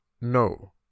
No